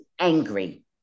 angry